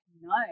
No